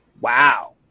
Wow